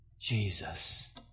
Jesus